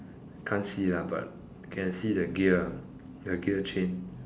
can't see lah but can see the gear ah the gear chain